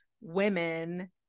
women